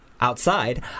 outside